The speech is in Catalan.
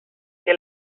que